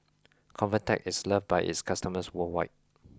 convatec is loved by its customers worldwide